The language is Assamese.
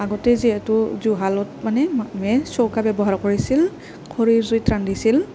আগতে যিহেতু জুহালত মানে মানুহে চৌকা ব্য়ৱহাৰ কৰিছিল খৰিৰ জুইত ৰান্ধিছিল